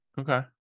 Okay